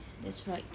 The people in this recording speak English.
that's right